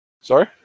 Sorry